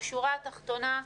בשורה התחתונה,